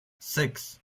six